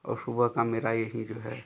और सुबह का मेरा यही जो है